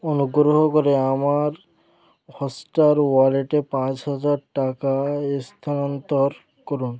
অনুগ্রহ করে আমার হটস্টার ওয়ালেটে পাঁচ হাজার টাকা স্থানান্তর করুন